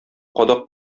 кадак